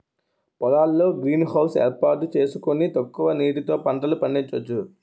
పొలాల్లో greenhouse ఏర్పాటు సేసుకొని తక్కువ నీటితో పంటలు పండించొచ్చు